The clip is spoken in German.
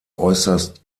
äußerst